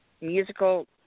musical